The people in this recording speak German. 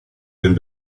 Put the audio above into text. den